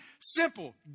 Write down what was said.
simple